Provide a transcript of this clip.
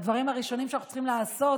הדברים הראשונים שאנחנו צריכים לעשות